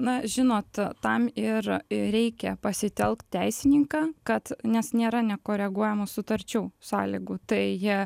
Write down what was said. na žinot tam ir reikia pasitelkt teisininką kad nes nėra nekoreguojamų sutarčių sąlygų tai jie